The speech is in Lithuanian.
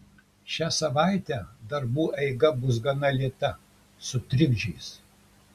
šią savaitę darbų eiga bus gana lėta su trikdžiais